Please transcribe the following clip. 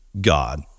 God